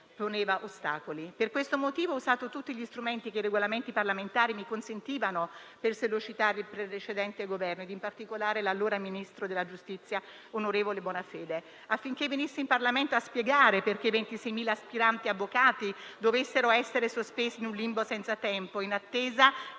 poneva ostacoli. Per questo motivo, ho usato tutti gli strumenti che i regolamenti parlamentari mi consentivano per sollecitare il precedente Governo, in particolare l'allora Ministro della giustizia, onorevole Bonafede, affinché venisse in Parlamento a spiegare perché 26.000 aspiranti avvocati dovessero essere sospesi in un limbo senza tempo, in attesa